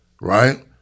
Right